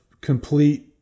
complete